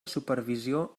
supervisió